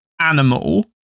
animal